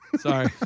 Sorry